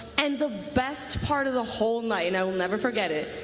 and the best part of the whole night, and i will never forget it,